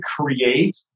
create